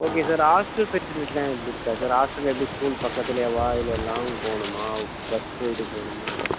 okay sir hostel ஃபெஸிலிட்டிலாம் எப்படி இருக்கா சார் ஹாஸ்டல் எப்படி ஸ்கூல் பக்கத்துலேயேவா இல்லை லாங் போகணுமா பஸ் போய்விட்டு போகணுமா எப்படி சார்